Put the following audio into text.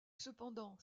cependant